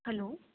hello